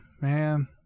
man